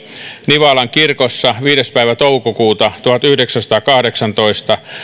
nivalan kirkossa viides päivä toukokuuta tuhatyhdeksänsataakahdeksantoista